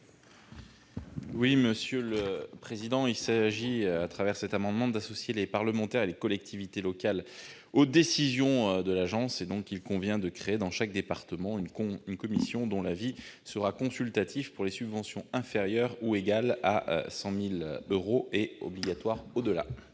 : La parole est à M. Mathieu Darnaud. Cet amendement vise à associer les parlementaires et les collectivités locales aux décisions de l'agence. Il convient de créer dans chaque département une commission dont l'avis sera consultatif pour les subventions inférieures ou égales à 100 000 euros et obligatoire au-delà.